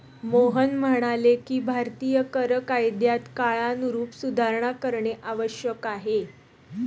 मोहन म्हणाले की भारतीय कर कायद्यात काळानुरूप सुधारणा करणे आवश्यक आहे